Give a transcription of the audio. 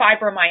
fibromyalgia